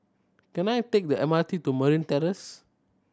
can I take the M R T to Marine Terrace